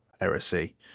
Heresy